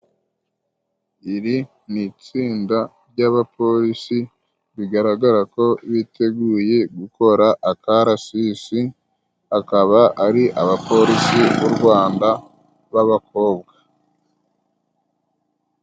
Iri ni itsinda ry'abaporisi bigaragara ko biteguye gukora akarasisi akaba ari abaporisi b'u Rwanda babakobwa.